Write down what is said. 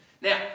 Now